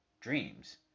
dreams